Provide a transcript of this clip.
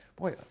Boy